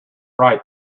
right